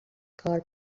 کار